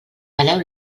peleu